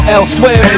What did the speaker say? Elsewhere